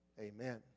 Amen